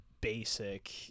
basic